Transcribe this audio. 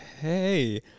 hey